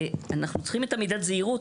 אנחנו צריכים את מידת הזהירות.